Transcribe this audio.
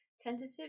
tentative